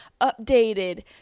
updated